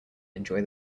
enjoy